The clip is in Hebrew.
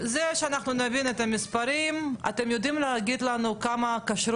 שוק הבשר בארץ, ותיכף האוצר יגיד לנו על כמה כסף